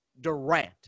Durant